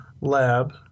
lab